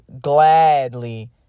gladly